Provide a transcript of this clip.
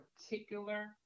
particular